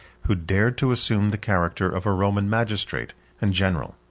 who dared to assume the character of a roman magistrate and general.